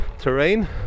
terrain